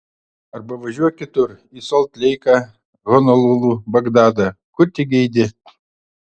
arba važiuok kitur į solt leiką honolulu bagdadą kur tik geidi